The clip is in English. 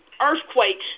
earthquake